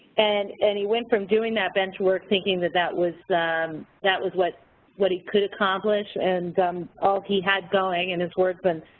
and and he went from doing that bench work thinking that that was that was what what he could accomplish, and all he had going in his work but